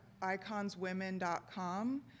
iconswomen.com